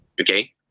Okay